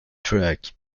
track